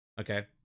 okay